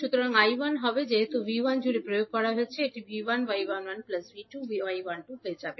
সুতরাং 𝐈1 হবে যেহেতু 𝐕1 জুড়ে প্রয়োগ করা হয়েছে এটি v1y11 𝐕2𝐲12 হয়ে যাবে